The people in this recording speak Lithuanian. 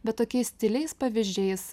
bet tokiais tyliais pavyzdžiais